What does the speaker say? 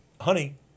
honey